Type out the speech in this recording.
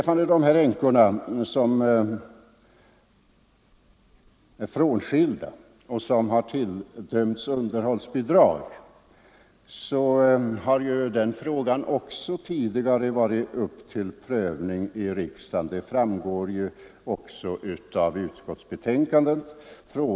Frågan om rätt till änkepension för frånskilda kvinnor som tilldömts underhållsbidrag har även tidigare varit uppe till prövning i riksdagen. Detta framgår också av utskottsbetänkandet.